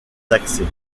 d’accès